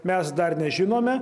mes dar nežinome